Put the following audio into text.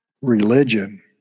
religion